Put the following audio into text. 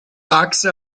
achse